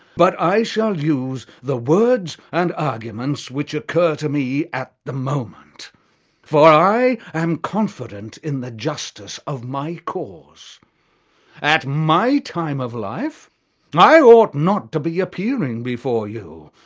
but i shall use the words and arguments which occur to me at the moment for i am confident in the justice of my cause at my time of life and i ought not to be appearing before you,